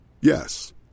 Yes